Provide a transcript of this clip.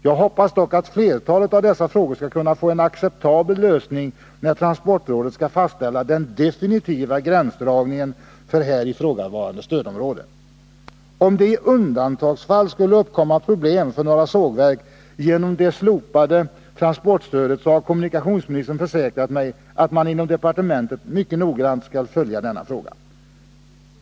Jag hoppas dock att flertalet av dessa frågor skall kunna få en acceptabel lösning, när transportrådet skall fastställa den definitiva gränsdragningen för här ifrågavarande stödområde. Om det i undantagsfall skulle uppkomma problem för några sågverk på grund av det slopade transportstödet, så har kommunikationsministern försäkrat mig, att man inom departementet mycket noggrant skall följa denna fråga.